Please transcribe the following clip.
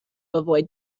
avoid